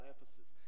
Ephesus